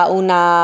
una